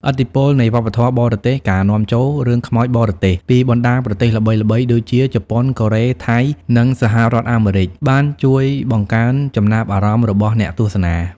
ឥទ្ធិពលនៃវប្បធម៌បរទេស ការនាំចូល រឿងខ្មោចបរទេស ពីបណ្ដាប្រទេសល្បីៗដូចជា ជប៉ុន កូរ៉េ ថៃ និងសហរដ្ឋអាមេរិក បានជួយបង្កើនចំណាប់អារម្មណ៍របស់អ្នកទស្សនា។